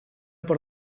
por